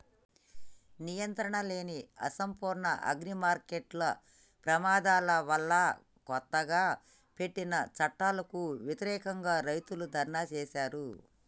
నియంత్రణలేని, అసంపూర్ణ అగ్రిమార్కెట్ల ప్రమాదాల వల్లకొత్తగా పెట్టిన చట్టాలకు వ్యతిరేకంగా, రైతులు ధర్నా చేశారు